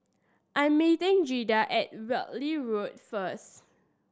I am meeting Jaeda at Whitley Road first